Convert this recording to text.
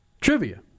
trivia